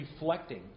reflecting